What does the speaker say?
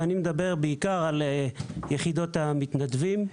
ואני מדבר בעיקר על יחידות המתנדבים.